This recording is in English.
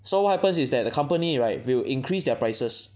so what happens is that the company right will increase their prices